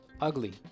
ugly